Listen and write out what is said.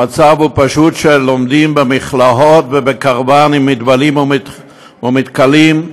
המצב הוא פשוט שלומדים במכלאות ובקרוונים מתבלים ומתכלים,